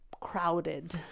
crowded